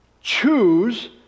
choose